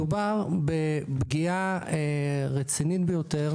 מדובר בפגיעה רצינית ביותר,